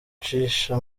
ucisha